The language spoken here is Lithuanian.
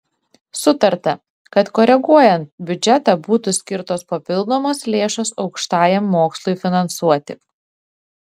sutarta kad koreguojant biudžetą būtų skirtos papildomos lėšos aukštajam mokslui finansuoti